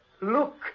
Look